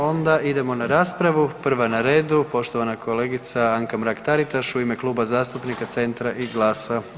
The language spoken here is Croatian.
Onda idemo na raspravu, prva na redu, poštovana kolegica Anka Mrak-Taritaš u ime Kluba zastupnika Centra i GLAS-a.